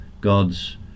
God's